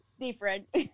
different